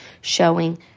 showing